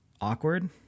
awkward